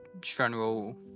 General